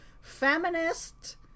feminist